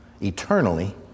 eternally